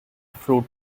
fruit